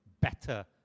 better